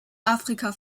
afrika